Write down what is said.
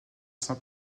saint